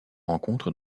rencontre